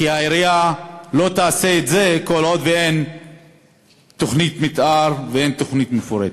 כי העירייה לא תעשה את זה כל עוד אין תוכנית מתאר ואין תוכנית מפורטת.